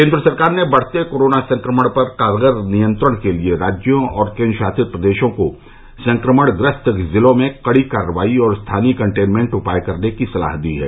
केंद्र सरकार ने बढ़ते कोरोना संक्रमण पर कारगर नियंत्रण के लिए राज्यों और केंद्र शासित प्रदेशों को संक्रमण ग्रस्त जिलों में कड़ी कार्रवाई और स्थानीय कंटेनमेंट उपाय करने की सलाह दी है